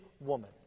woman